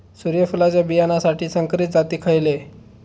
सूर्यफुलाच्या बियानासाठी संकरित जाती खयले?